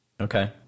Okay